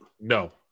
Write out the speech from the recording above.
No